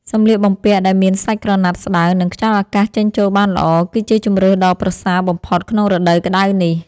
សម្លៀកបំពាក់ដែលមានសាច់ក្រណាត់ស្តើងនិងខ្យល់អាកាសចេញចូលបានល្អ គឺជាជម្រើសដ៏ប្រសើរបំផុតក្នុងរដូវក្តៅនេះ។